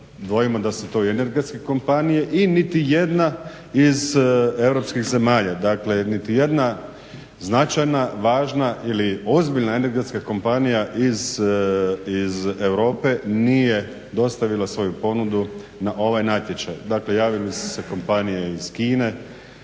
dvojimo da su to energetske kompanije i niti jedna iz europskih zemalja, dakle niti jedna značajna, važna ili ozbiljna energetska kompanije iz Europe nije dostavila svoju ponudu na ovaj natječaj. Dakle javile su se kompanije iz Kine,